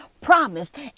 promised